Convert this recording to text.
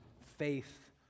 faith